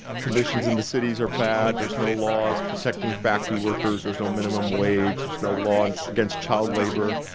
conditions in the cities are bad, there's no laws protecting factory workers, there's no minimum wage, there's no law and against child labor,